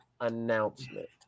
announcement